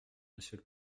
monsieur